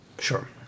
Sure